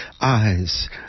Eyes